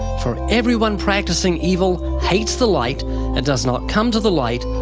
for everyone practicing evil hates the light and does not come to the light,